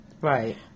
Right